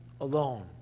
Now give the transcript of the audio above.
alone